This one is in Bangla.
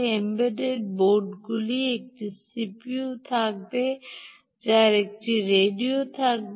এম্বেডেড বোর্ডগুলির একটি সিপিইউ থাকবে যার একটি রেডিও থাকবে